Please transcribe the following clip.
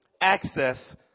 access